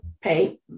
pay